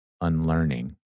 unlearning